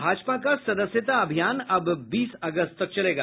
भाजपा का सदस्यता अभियान अब बीस अगस्त तक चलेगा